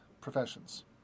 professions